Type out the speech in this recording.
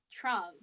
Trump